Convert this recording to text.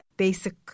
basic